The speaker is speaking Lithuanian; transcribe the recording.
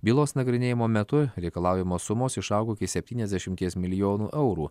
bylos nagrinėjimo metu reikalaujamos sumos išaugo iki septyniasdešimties milijonų eurų